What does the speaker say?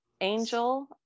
angel